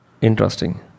Interesting